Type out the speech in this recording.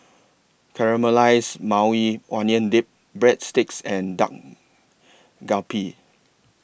Caramelized Maui Onion Dip Breadsticks and Dak Galbi